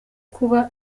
kuba